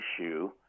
issue